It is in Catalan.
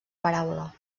paraula